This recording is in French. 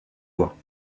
voie